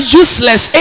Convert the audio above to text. useless